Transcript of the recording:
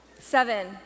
Seven